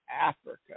Africa